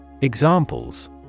Examples